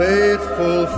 Faithful